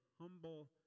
humble